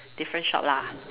different shop lah